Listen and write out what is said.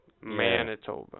Manitoba